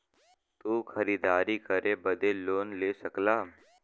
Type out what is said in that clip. तू खरीदारी करे बदे लोन ले सकला